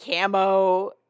camo